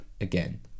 again